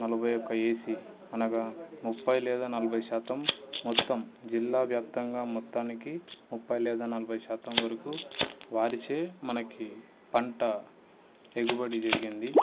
నలభై ఒక్క ఏసి అనగా ముపై లేదా నలభై శాతం మొత్తం జిల్లా వ్యాప్తంగా మొత్తానికి ముపై లేదా నలభై శాతం వరకు వారిచే మనకి పంట ఎగుబడి జరిగింది